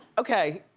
okay.